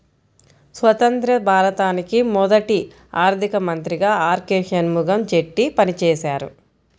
స్వతంత్య్ర భారతానికి మొదటి ఆర్థిక మంత్రిగా ఆర్.కె షణ్ముగం చెట్టి పనిచేసారు